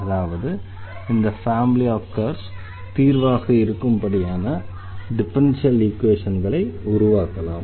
அதாவது இந்த family of curves தீர்வாக இருக்கும்படியான டிஃபரன்ஷியல் ஈக்வேஷன்களை உருவாக்கலாம்